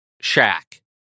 Shack